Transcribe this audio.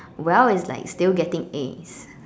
well is like still getting As